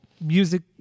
music